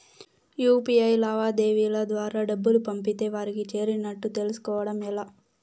UPI లావాదేవీల ద్వారా డబ్బులు పంపితే వారికి చేరినట్టు తెలుస్కోవడం ఎలా?